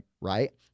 right